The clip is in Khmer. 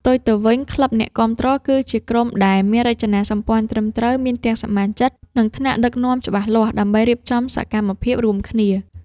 ផ្ទុយទៅវិញក្លឹបអ្នកគាំទ្រគឺជាក្រុមដែលមានរចនាសម្ព័ន្ធត្រឹមត្រូវ មានទាំងសមាជិក និង ថ្នាក់ដឹកនាំច្បាស់លាស់ដើម្បីរៀបចំសកម្មភាពរួមគ្នា។